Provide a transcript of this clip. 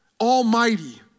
almighty